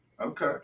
okay